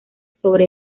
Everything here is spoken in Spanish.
sobre